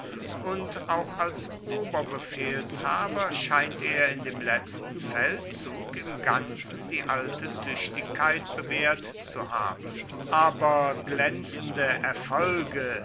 und auch als oberbefehlshaber scheint er in dem letzten feldzug im ganzen die alte tüchtigkeit bewährt zu haben aber glänzende erfolge